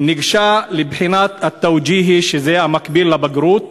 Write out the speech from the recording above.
וניגשה לבחינת ה"תאוג'יהי", שזה המקביל לבגרות.